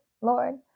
Lord